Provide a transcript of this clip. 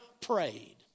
prayed